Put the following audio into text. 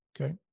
Okay